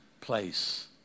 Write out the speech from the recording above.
place